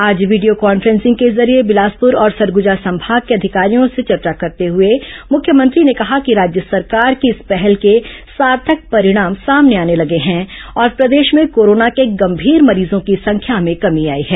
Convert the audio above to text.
आज video conferencing के जरिये बिलासपुर और सरगुजा संभाग के अधिकारियों से चर्चा करते हुए मुख्यमंत्री ने कहा कि राज्य सरकार की इस पहल के सार्थक परिणाम सामने आने लगे हैं और प्रदेश में कोरोना के गंभीर मरीजों की संख्या में कमी आई है